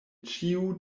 ĉiu